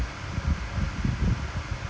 I mean it's bascially like